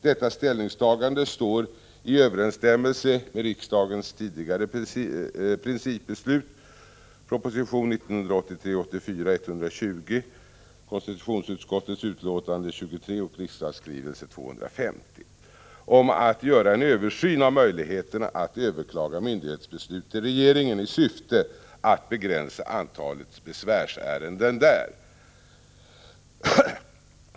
Detta ställningstagande står i överensstämmelse med riksdagens tidigare principbeslut om att göra en översyn av möjligheterna att överklaga myndighetsbeslut till regeringen i syfte att begränsa antalet besvärsärenden där.